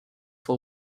for